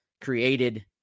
created